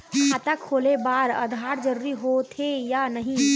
खाता खोले बार आधार जरूरी हो थे या नहीं?